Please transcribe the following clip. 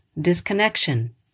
Disconnection